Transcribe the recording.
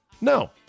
No